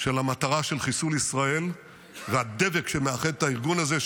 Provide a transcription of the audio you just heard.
של המטרה של חיסול ישראל והדבק שמאחד את הארגון הזה,